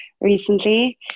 recently